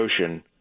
Ocean